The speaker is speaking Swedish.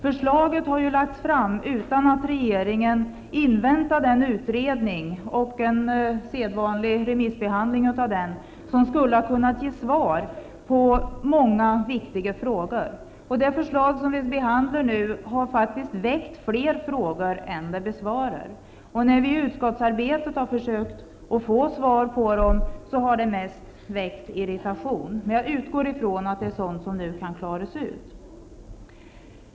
Förslaget har lagts fram utan att regeringen inväntade den utredning och en sedvanlig remissbehandling av den som skulle ha kunnat ge svar på många viktiga frågor. Det förslag vi nu behandlar har faktiskt väckt fler frågor än det besvarar. När vi i utskottsarbetet har försökt få svar på dem har det mest väckt irritation. Jag utgår från att det är sådant som nu kan klaras ut.